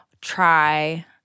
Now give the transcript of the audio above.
try